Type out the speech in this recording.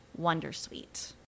wondersuite